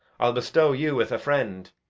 i'll bestow you with a friend.